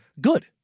good